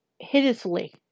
hideously